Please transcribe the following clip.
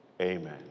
amen